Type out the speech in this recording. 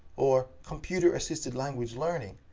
or computer-assisted language learning,